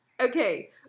okay